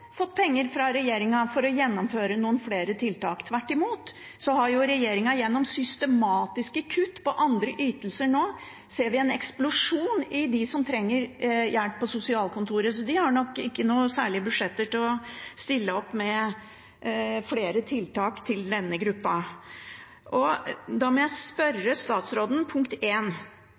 fått penger fra regjeringen for å gjennomføre flere tiltak. Tvert imot, regjeringens systematiske kutt på andre ytelser har nå gjort at vi ser en eksplosjon i antallet som trenger hjelp på sosialkontoret. De har nok ikke noe særlig budsjetter til å stille opp med flere tiltak til denne gruppa. Da må jeg spørre statsråden: